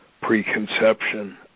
preconception